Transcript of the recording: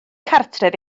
cartref